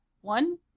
One